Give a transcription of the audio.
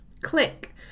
Click